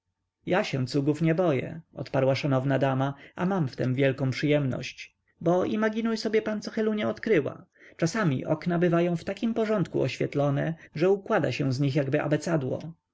ja się cugów nie boję odparła szanowna dama a mam w tem wielką przyjemność bo imaginuj sobie pan co helunia odkryła czasami okna bywają w takim porządku oświetlone że układa się z nich jakby